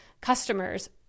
customers